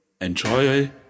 Enjoy